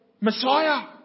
Messiah